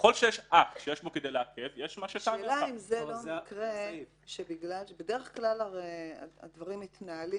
ככל שיש אקט שיש בו כדי לעכב יש --- בדרך כלל הדברים מתנהלים